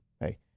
hey